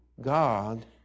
God